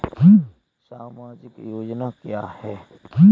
सामाजिक योजना क्या है?